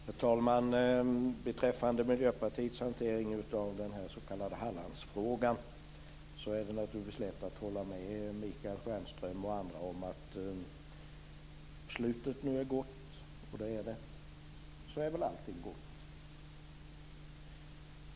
Herr talman! Beträffande Miljöpartiets hantering av den här s.k. Hallandsfrågan, är det naturligtvis lätt att hålla med Michael Stjernström och andra om att om slutet nu är gott - och det är det - så är väl allting gott.